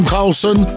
Carlson